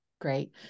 Great